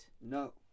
No